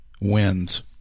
wins